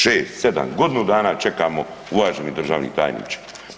6, 7, godinu dana čekamo, uvaženi državni tajniče.